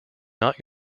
not